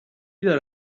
داره